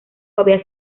había